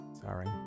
sorry